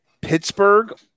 Pittsburgh